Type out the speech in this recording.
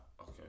Okay